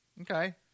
Okay